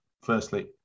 firstly